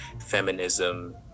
feminism